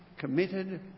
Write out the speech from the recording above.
committed